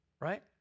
right